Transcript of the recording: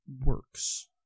works